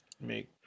make